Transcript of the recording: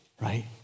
right